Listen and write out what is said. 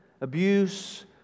abuse